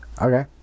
okay